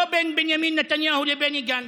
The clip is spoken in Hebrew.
לא בין בנימין נתניהו לבני גנץ,